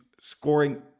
scoring